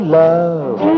love